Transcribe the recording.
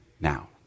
now